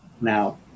now